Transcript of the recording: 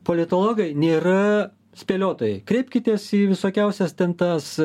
politologai nėra spėliotojai kreipkitės į visokiausias ten tas